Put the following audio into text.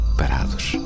parados